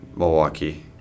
Milwaukee